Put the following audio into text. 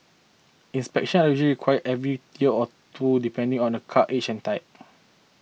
inspections are usually required every year or two depending on a car's age and type